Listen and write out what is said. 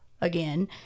again